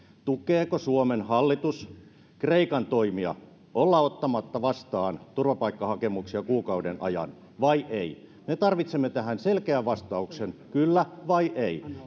tukeeko suomen hallitus kreikan toimia olla ottamatta vastaan turvapaikkahakemuksia kuukauden ajan vai ei me tarvitsemme tähän selkeän vastauksen kyllä vai ei